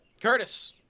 Curtis